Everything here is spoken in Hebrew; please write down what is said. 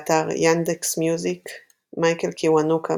באתר Yandex.Music מייקל קיוונוקה,